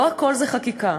לא הכול זה חקיקה.